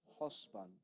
husband